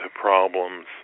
problems